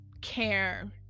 care